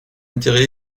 intérêt